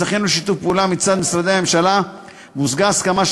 זכינו לשיתוף פעולה מצד משרדי הממשלה והושגה הסכמה,